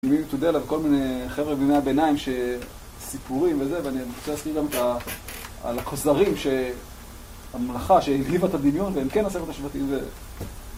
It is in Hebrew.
אתה יודע עליו, כל מיני חבר'ה בימי הביניים שסיפורים וזה, ואני רוצה להסביר גם על הכוזרים שהמלאכה שהגיבה את הדמיון, והם כן עשרת השבטים ו...